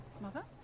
Mother